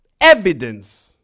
evidence